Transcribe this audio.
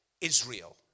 Israel